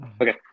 Okay